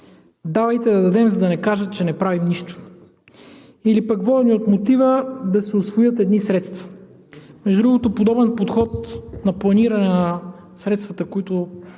давайте да дадем, за да не кажат, че не правим нищо, или пък водени от мотива да се усвоят едни средства. Между другото, подобен подход на планиране на средствата, които